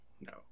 no